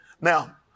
Now